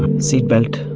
seat belt.